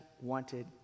wanted